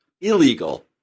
illegal